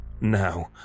Now